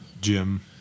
Jim